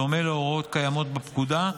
בדומה להוראות קיימות בפקודה,